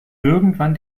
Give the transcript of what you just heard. irgendwann